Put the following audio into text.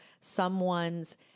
someone's